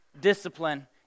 discipline